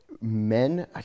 Men